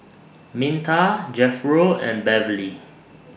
Minta Jethro and Beverly